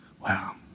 Wow